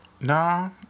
No